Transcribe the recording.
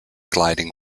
gliding